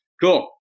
cool